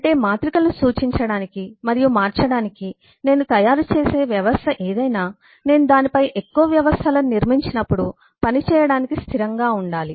అంటే మాత్రికలను సూచించడానికి మరియు మార్చటానికి నేను తయారుచేసే వ్యవస్థ ఏదైనా నేను దానిపై ఎక్కువ వ్యవస్థలను నిర్మించినప్పుడు పని చేయడానికి స్థిరంగా ఉండాలి